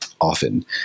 often